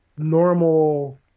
normal